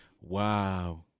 Wow